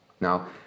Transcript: Now